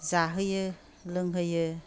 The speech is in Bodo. जाहोयो लोंहोयो